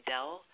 Dell